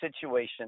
situation